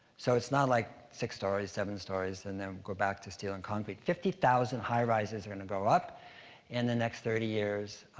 so it's not like six stories, seven stories, and then go back to steel and concrete. fifty thousand high-rises are gonna go up in the next thirty years.